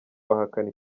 bahakana